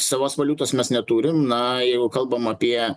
savos valiutos mes neturim na jeigu kalbam apie